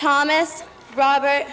thomas robert